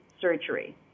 surgery